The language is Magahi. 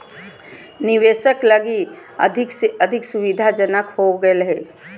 निवेशक लगी अधिक से अधिक सुविधाजनक हो गेल हइ